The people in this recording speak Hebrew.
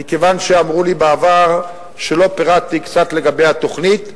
מכיוון שאמרו לי בעבר שלא פירטתי קצת לגבי התוכנית,